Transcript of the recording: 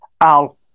Al